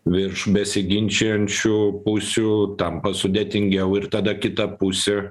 virš besiginčijančių pusių tampa sudėtingiau ir tada kita pusė